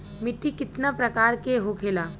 मिट्टी कितना प्रकार के होखेला?